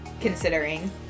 considering